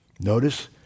Notice